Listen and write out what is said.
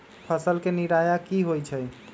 फसल के निराया की होइ छई?